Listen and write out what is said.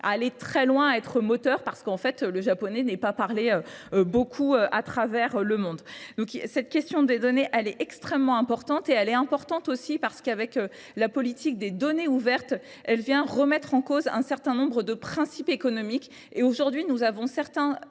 à aller très loin, à être moteur, parce qu'en fait le Japonais n'est pas parlé beaucoup à travers le monde. Donc cette question des données elle est extrêmement importante et elle est importante aussi parce qu'avec la politique des données ouvertes elle vient remettre en cause un certain nombre de principes économiques et aujourd'hui nous avons certains